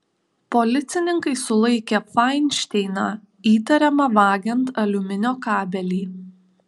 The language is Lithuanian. policininkai sulaikė fainšteiną įtariamą vagiant aliuminio kabelį